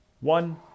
one